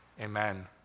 Amen